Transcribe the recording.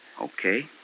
Okay